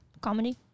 comedy